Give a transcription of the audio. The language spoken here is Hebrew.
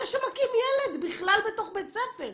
זה שמכים ילד בכלל בתוך בית ספר.